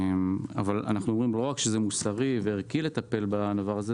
אנחנו אומרים שלא רק שזה מוסרי וערכי לטפל בזה,